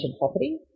property